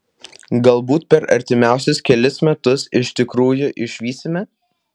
galbūt per artimiausius kelis metus iš tikrųjų išvysime